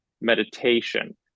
meditation